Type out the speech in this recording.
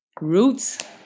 Roots